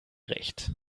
recht